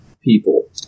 people